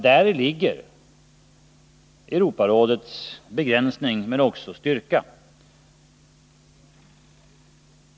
Däri ligger Europarådets begränsning men också dess styrka.